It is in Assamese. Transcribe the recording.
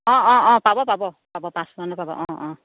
অঁ অঁ অঁ পাব পাব পাব পাচফোৰণো পাব অঁ অঁ